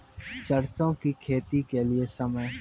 सरसों की खेती के लिए समय?